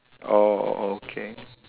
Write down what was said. oh okay